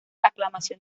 aclamación